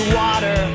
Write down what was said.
water